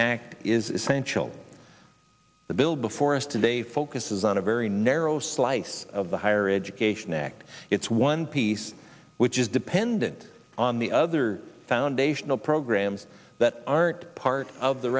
act is essential the bill before us today focuses on a very narrow slice of the higher education act it's one p these which is dependent on the other foundational programs that aren't part of the